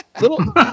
Little